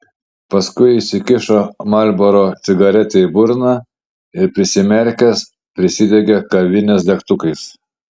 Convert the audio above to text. paskui įsikišo marlboro cigaretę į burną ir prisimerkęs prisidegė kavinės degtukais